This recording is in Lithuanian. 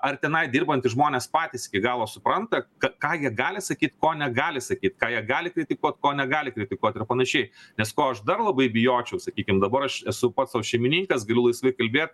ar tenai dirbantys žmonės patys iki galo supranta ką ką jie gali sakyt ko negali sakyt ką jie gali kritikuot ko negali kritikuot ir panašiai nes ko aš dar labai bijočiau sakykim dabar aš esu pats sau šeimininkas galiu laisvai kalbėt